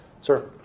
sir